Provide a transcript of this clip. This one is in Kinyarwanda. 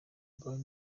brown